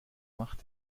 macht